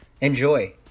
Enjoy